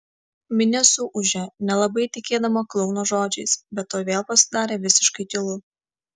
minia suūžė nelabai tikėdama klouno žodžiais bet tuoj vėl pasidarė visiškai tylu